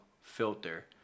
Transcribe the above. filter